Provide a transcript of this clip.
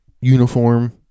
uniform